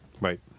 Right